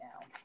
now